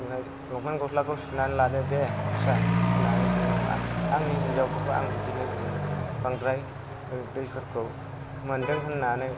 ओमफाय लंफेन्त गस्लाखौ सुनानै लादो दे फिसा होन्नानै बुङो आं आंनि हिनजावखौबो आं बिदिनो बुङो बांद्राय दैफोरखौ मोनदों होन्नानै